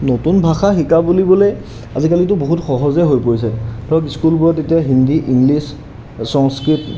নতুন ভাষা শিকা বুলিবলৈ আজিকালিতো বহুত সহজে হৈ পৰিছে ধৰক স্কুলবোৰত এতিয়া হিন্দী ইংলিছ সংস্কৃত